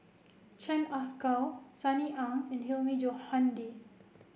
Chan Ah Kow Sunny Ang and Hilmi Johandi